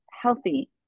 healthy